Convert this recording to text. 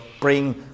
bring